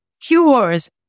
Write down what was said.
cures